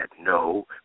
no